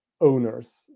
owners